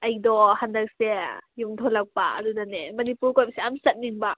ꯑꯩꯗꯣ ꯍꯟꯗꯛꯁꯦ ꯌꯨꯝ ꯊꯣꯛꯂꯛꯄ ꯑꯗꯨꯗꯅꯦ ꯃꯅꯤꯄꯨꯔ ꯀꯣꯏꯕꯁꯦ ꯌꯥꯝ ꯆꯠꯅꯤꯡꯕ